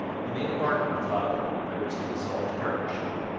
he made a bargain with lowther by which they dissolved partnership,